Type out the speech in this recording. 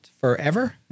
forever